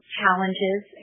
challenges